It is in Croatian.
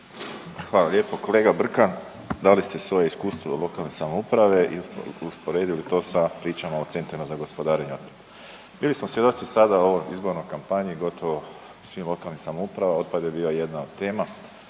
Hvala lijepo. Kolega Brkan, dali ste svoje iskustvo lokalne samouprave i usporedili to sa pričama o centrima za gospodarenje otpadom. Bili smo svjedoci sada u ovoj izbornoj kampanju gotovo svim lokalnim samouprava otpad je bio jedna od tema,